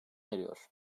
eriyor